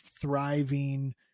thriving